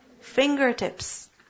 Fingertips